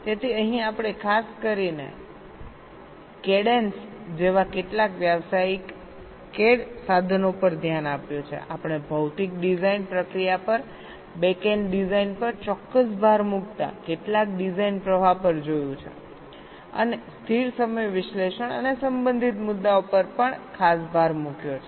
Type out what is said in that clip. તેથી અહીં આપણે ખાસ કરીને Cadence જેવા કેટલાક વ્યાવસાયિક CAD સાધનો પર ધ્યાન આપ્યું છે આપણે ભૌતિક ડિઝાઇન પ્રક્રિયા પર બેકએન્ડ ડિઝાઇન પર ચોક્કસ ભાર મૂકતા કેટલાક ડિઝાઇન પ્રવાહ પર જોયું છે અને સ્થિર સમય વિશ્લેષણ અને સંબંધિત મુદ્દાઓ પર પણ ખાસ ભાર મૂક્યો છે